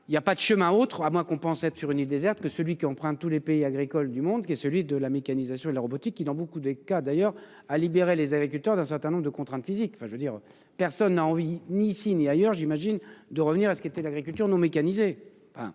il y a pas de chemin autre à moins qu'on pensait être sur une île déserte que celui qu'on prend tous les pays agricoles du monde qui est celui de la mécanisation et la robotique qui dans beaucoup de cas, d'ailleurs à libérer les agriculteurs d'un certain nombre de contraintes physiques, enfin je veux dire, personne n'a envie ni ici ni ailleurs, j'imagine, de revenir à ce qui était l'agriculture nos mécanisé